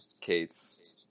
Kate's